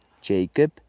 Jacob